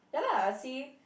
ya lah see